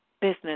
business